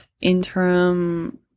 interim